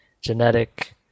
genetic